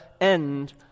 end